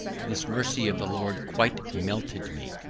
this mercy of the lord quite melted me,